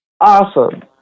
Awesome